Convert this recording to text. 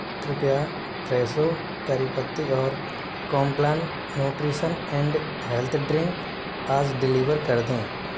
कृपया Fresho curry पत्ती और Complan nutrition and health drink आज डिलीवर कर दें